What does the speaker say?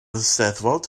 eisteddfod